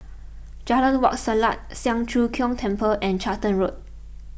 Jalan Wak Selat Siang Cho Keong Temple and Charlton Road